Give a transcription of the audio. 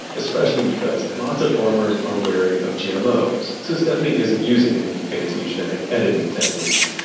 especially because lots of farmers are wary of gmos. so stephanie isn't using any fancy genetic editing techniques.